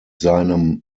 seinem